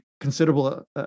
considerable